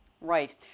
Right